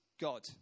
God